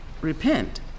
Repent